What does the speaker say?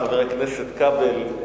חבר הכנסת כבל,